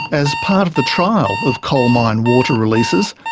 as part of the trial of coal mine water releases,